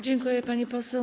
Dziękuję, pani poseł.